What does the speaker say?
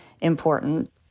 important